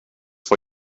for